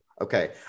Okay